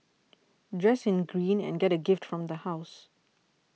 dress in green and get a gift from the house